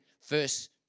first